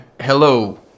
Hello